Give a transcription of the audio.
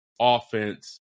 offense